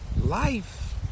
life